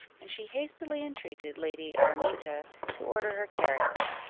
and she hastily entreated lady araminta to order her carriage.